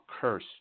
curse